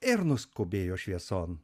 ir nuskubėjo švieson